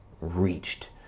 reached